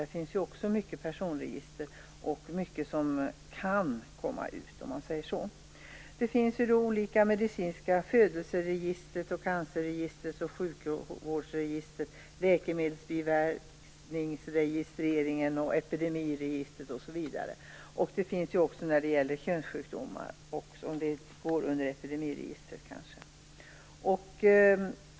Där finns det också många personregister och mycket som kan komma ut. Det finns olika medicinska register - födelseregistret, cancerregistret, sjukvårdsregistret, läkemedelsbiverkningsregistret, epidemiregistret osv. Det finns också ett register för könssjukdomar - eller det kanske går under epidemiregistret.